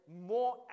more